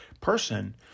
person